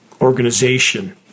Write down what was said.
Organization